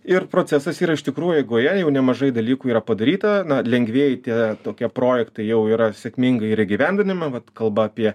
ir procesas yra iš tikrųjų eigoje jau nemažai dalykų yra padaryta na lengvieji tie tokie projektai jau yra sėkmingai ir įgyvendinami vat kalba apie